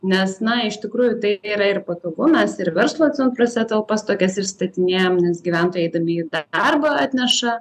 nes na iš tikrųjų tai yra ir patogumas ir verslo centruose talpas tokias pristatinėjam nes gyventojai eidami į darbą atneša